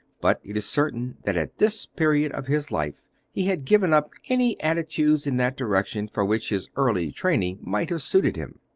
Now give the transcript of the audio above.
but it is certain that at this period of his life he had given up any aptitudes in that direction for which his early training might have suited him.